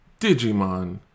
Digimon